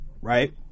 right